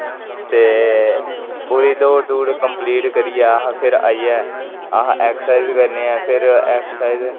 ते पुरी दौड कम्लीट करियै आखिर आइयै अस एक्सरसाइज बी करने हा अस पिर एक्सरसाइज